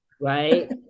right